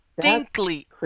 distinctly